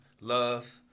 love